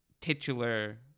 titular